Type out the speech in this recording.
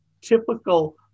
typical